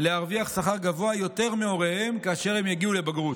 להרוויח שכר גבוה יותר מהוריהם כאשר הם יגיעו לבגרות.